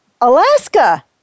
Alaska